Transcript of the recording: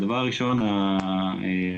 ראשית,